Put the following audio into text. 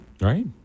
Right